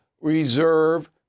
reserve